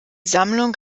sammlung